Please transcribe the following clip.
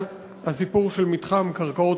הפתלתלה והעקלקלה,